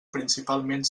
principalment